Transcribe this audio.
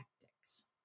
tactics